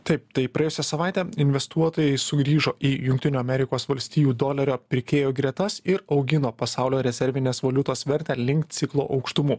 taip tai praėjusią savaitę investuotojai sugrįžo į jungtinių amerikos valstijų dolerio pirkėjų gretas ir augino pasaulio rezervinės valiutos vertę link ciklo aukštumų